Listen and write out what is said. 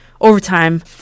overtime